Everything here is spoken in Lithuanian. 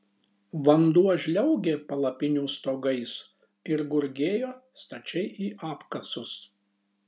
vanduo žliaugė palapinių stogais ir gurgėjo stačiai į apkasus